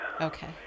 Okay